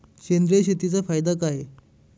सेंद्रिय शेतीचा फायदा काय?